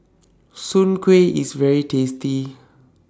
Soon Kueh IS very tasty